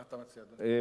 מה אתה מציע, אדוני?